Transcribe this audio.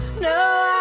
No